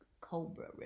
Cobra